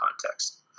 context